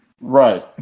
Right